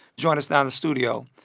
joining us now in the studio,